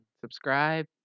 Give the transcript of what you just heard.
subscribe